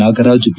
Nagaraj B